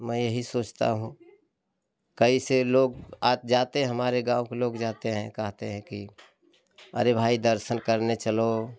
मैं यही सोचता हूँ कैसे लोग आत जाते हमारे गाँव के लोग जाते हैं कहते हैं कि अरे भाई दर्शन करने चलो